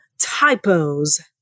typos